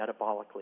metabolically